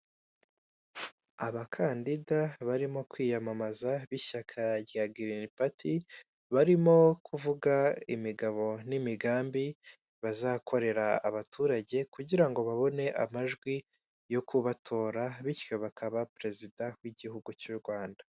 Abakandida barimo kwiyamamaza b'ishyaka rya girini pati barimo kuvuga imigabo n'imigambi bazakorera abaturage kugira babone amajwi yo kubatora bityo bakaba perezida w'igihugu cy'u Rwanda.